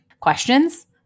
Questions